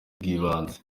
bw’ibanze